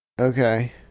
Okay